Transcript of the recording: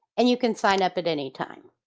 and you can sign up at any time.